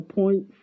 point